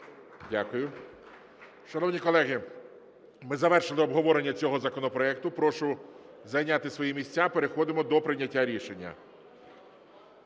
Дякую. Шановні колеги, ми завершили обговорення цього законопроекту. Прошу зайняти свої місця, переходимо до прийняття рішення.